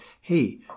hey